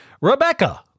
Rebecca